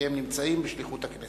כי הם נמצאים בשליחות הכנסת.